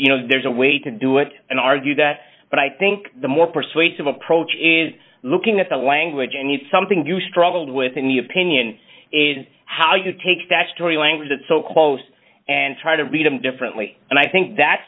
you know there's a way to do it and argue that but i think the more persuasive approach is looking at the language and it's something you struggled with in the opinion is how you take statutory language that so close and try to read them differently and i think that